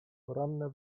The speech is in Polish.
poranne